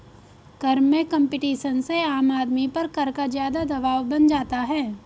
कर में कम्पटीशन से आम आदमी पर कर का ज़्यादा दवाब बन जाता है